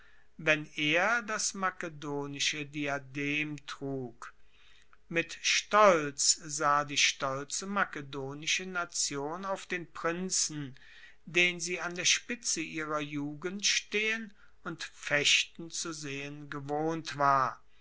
wenn er das makedonische diadem trug mit stolz sah die stolze makedonische nation auf den prinzen den sie an der spitze ihrer jugend stehen und fechten zu sehen gewohnt war